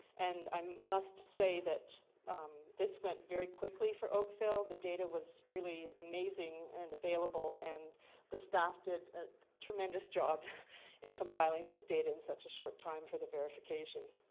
and i must say that this went very quickly for oakville. the data was really amazing and valuable and the staff did a tremendous job in compiling this data in such a short time for the verification.